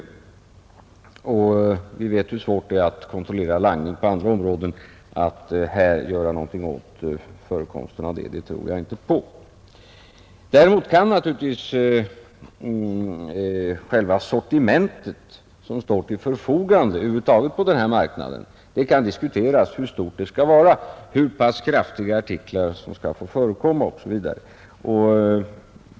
Vi vet hur svårt det är att kontrollera langning på andra områden, och jag tror inte på möjligheten att göra något åt förekomsten därav på detta område. Däremot kan det naturligtvis diskuteras hur stort det sortiment skall vara som står till förfogande på marknaden, hur kraftiga artiklar som skall få förekomma osv.